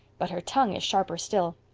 but her tongue is sharper still.